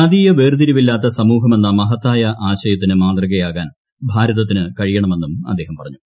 ജാതീയ വേർതിരിവില്ലാത്ത് സമൂഹമെന്ന മഹത്തായ ആശയത്തിന് മാതൃകയാകാൻ ഭാരതത്തിന് കഴിയണമെന്നും അദ്ദേഹം പറഞ്ഞു